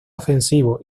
ofensivo